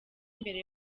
mbere